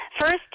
First